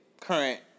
current